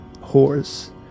horse